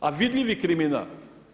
A vidljivi kriminal.